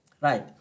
Right